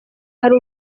hari